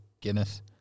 Guinness